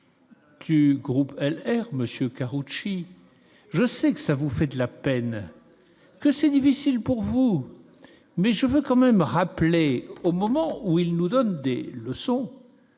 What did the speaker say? R monsieur Karoutchi je sais que ça vous fait de la peine que c'est difficile pour vous, mais je veux quand même rappeler au moment où ils nous donnent des leçons